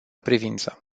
privință